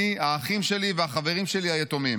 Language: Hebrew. אני, האחים שלי והחברים שלי היתומים,